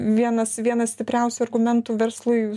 vienas vienas stipriausių argumentų verslui